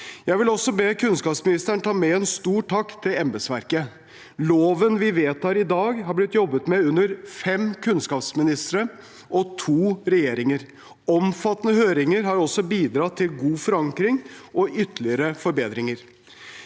Jeg vil også be kunnskapsministeren ta med en stor takk til embetsverket. Loven vi vedtar i dag, har blitt jobbet med under fem kunnskapsministere og to regjeringer. Omfattende høringer har også bidratt til god forankring og ytterligere forbedringer.